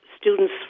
students